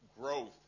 growth